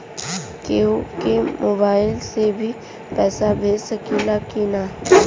केहू के मोवाईल से भी पैसा भेज सकीला की ना?